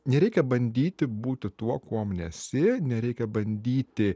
nereikia bandyti būti tuo kuom nesi nereikia bandyti